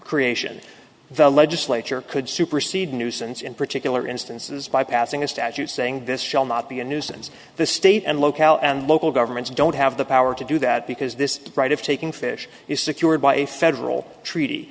creation the legislature could supersede nuisance in particular instances by passing a statute saying this shall not be a nuisance the state and local and local governments don't have the power to do that because this right of taking fish is secured by a federal treaty